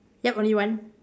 yup only one